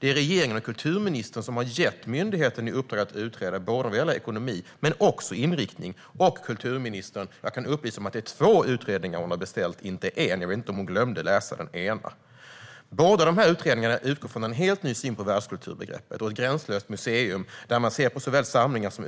Det är regeringen och kulturministern som har gett myndigheten i uppdrag att utreda både ekonomi och inriktning. Jag kan även upplysa kulturministern om att det är två utredningar som hon har beställt och inte en; jag vet inte om hon glömde läsa den ena. Båda dessa utredningar utgår från en helt ny syn på världskulturbegreppet och ett gränslöst museum, där man ser på såväl samlingar som